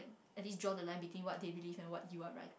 at least draw the line between what they believe and what you are write